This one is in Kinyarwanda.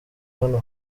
hano